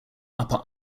upper